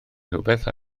rhywbeth